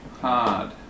Hard